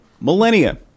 millennia